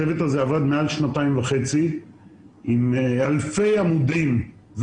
הצוות הזה עבד מעל שנתיים וחצי עם אלפי מצגות